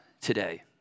today